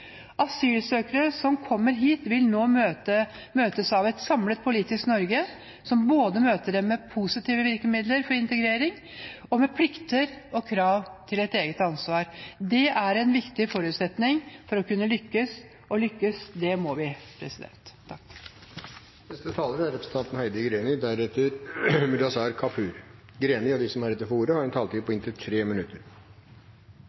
Asylsøkere som kommer hit, vil nå møtes av et samlet politisk Norge, som både møter dem med positive virkemidler for integrering og med plikter og krav til å ta ansvar selv. Det er en viktig forutsetning for å kunne lykkes – og lykkes må vi. De talere som heretter får ordet, har en taletid på inntil 3 minutter. Stortinget har gjennom de to inngåtte avtalene tatt ansvar for å legge samlende føringer for politikken på